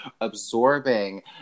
absorbing